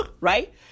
right